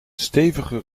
stevige